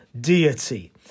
deity